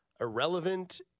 irrelevant